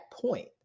point